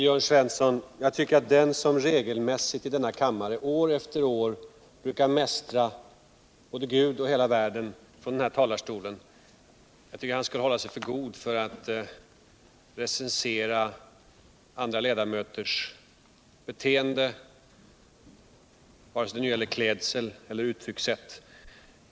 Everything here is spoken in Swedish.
Herr talman! Jag tycker att den som regelmässigt år efter år brukar mästra både Gud och hela världen från kammarens talarstol borde hålla sig för god för att recensera andra Iedamöters beteende. varc sig det nu gäller klädsel eller uttryckssätt.